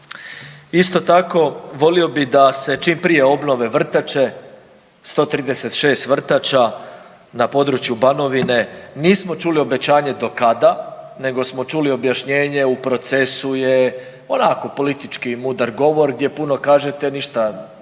Isto tako volio bih da se čim prije obnove vrtače, 136 vrtača na području Banovine nismo čuli obećanje do kada nego smo čuli objašnjenje u procesu je, onako politički mudar govor gdje puno kažete, a ništa ne